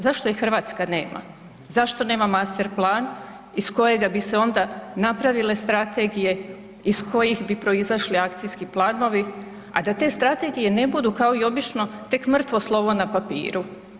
Zašto je Hrvatska nema, zašto nema master plan iz kojega bi se onda napravile strategije ih kojih bi proizašli akcijski planovi, a da te strategije ne budu kao i obično tek mrtvo slovo na papiru.